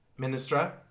Ministra